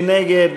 מי נגד?